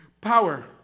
Power